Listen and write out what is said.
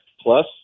plus